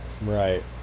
Right